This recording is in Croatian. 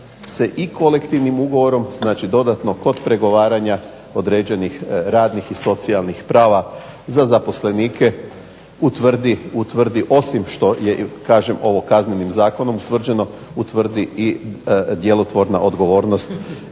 se i kolektivnim ugovorom znači dodatno kod pregovaranja određenih socijalnih i radnih prava za zaposlenike utvrdi osim što je kažem ovo Kaznenim zakonom utvrđeno utvrdi i djelotvorna odgovornost